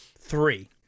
three